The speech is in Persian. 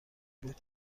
بود